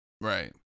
Right